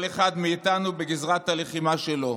כל אחד מאיתנו בגזרת הלחימה שלו,